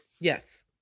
yes